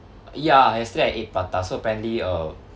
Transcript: ya yesterday I ate prata so apparently uh